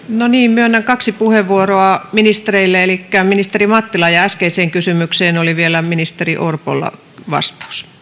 myönnän kaksi puheenvuoroa ministereille elikkä ministeri mattila ja äskeiseen kysymykseen oli vielä ministeri orpolla vastaus